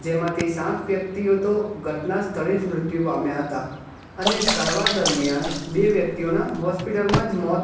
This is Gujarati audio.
જેમાંથી સાત વ્યક્તિઓ તો ઘટના સ્થળે જ મૃત્યુ પામ્યા હતા અને સારવાર દરમિયાન બે વ્યક્તિઓના હૉસ્પિટલમાં જ મોત